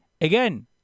again